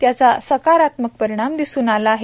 त्याचा सकारात्मक परिणाम दिसून येत आहे